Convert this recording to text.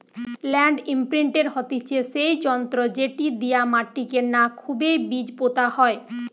land ইমপ্রিন্টের হতিছে সেই যন্ত্র যেটি দিয়া মাটিকে না খুবই বীজ পোতা হয়